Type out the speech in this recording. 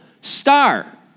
star